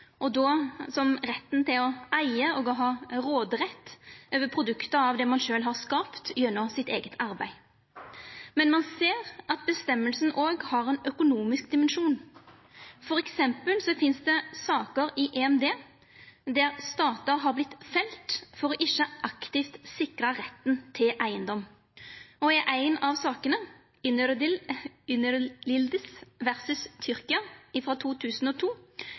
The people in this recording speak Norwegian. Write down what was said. og då som retten til å eiga og ha råderett over produktet av det ein sjølv har skapa gjennom sitt eige arbeid. Men ein ser at bestemminga òg har ein økonomisk dimensjon, f.eks. finst det sakar i EMD der statar har vorte felte for ikkje aktivt å sikra retten til eigedom. I ei av sakene, Öneryldiz versus Tyrkia frå 2002,